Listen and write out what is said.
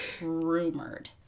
Rumored